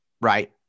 right